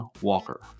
walker